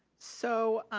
so,